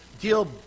deal